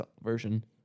version